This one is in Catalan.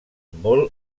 molt